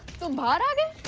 the body